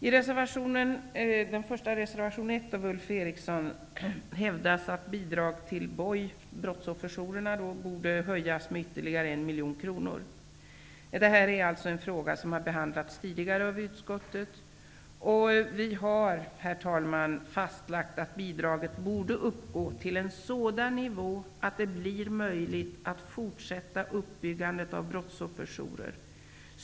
I reservation 1 av Ulf Eriksson hävdas det att bidraget till BOJ, brottsofferjourerna, borde höjas med ytterligare 1 miljon kronor. Denna fråga har behandlats tidigare av utskottet. Vi har, herr talman, fastlagt att bidraget borde uppgå till en sådan nivå att det blir möjligt att fortsätta uppbyggandet av brottsofferjourer.